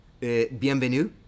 Bienvenue